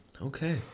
Okay